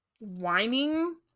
whining